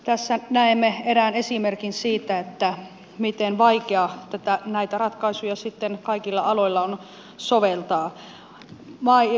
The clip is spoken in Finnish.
tässä näemme erään esimerkin siitä miten vaikea näitä ratkaisuja sitten kaikilla aloilla on soveltaa